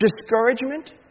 discouragement